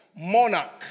monarch